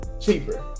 cheaper